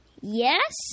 yes